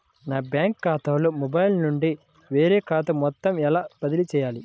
నా బ్యాంక్ ఖాతాలో మొబైల్ నుండి వేరే ఖాతాకి మొత్తం ఎలా బదిలీ చేయాలి?